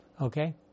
Okay